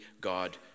God